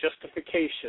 justification